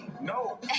no